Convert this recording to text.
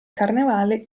carnevale